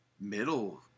middle